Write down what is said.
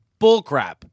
Bullcrap